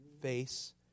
face